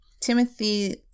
Timothy